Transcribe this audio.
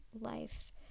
life